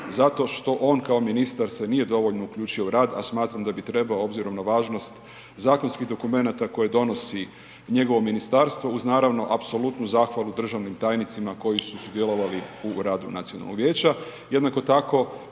zato što on kao ministar se nije dovoljno uključio u rad, a smatram da bi trebao obzirom na važnost zakonskih dokumenata koje donosi njegovo ministarstvo uz naravno, apsolutnu zahvalu državnim tajnicima koji su sudjelovali u radu Nacionalnog vijeća. Jednako tako